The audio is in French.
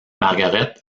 margaret